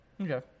Okay